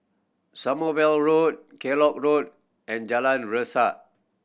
Sommerville Road Kellock Road and Jalan Resak